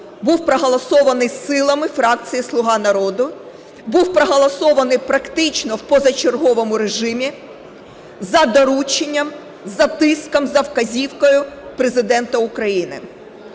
був проголосований силами фракції "Слуга народу", був проголосований практично в позачерговому режимі, за дорученням, за тиском, за вказівкою Президента України.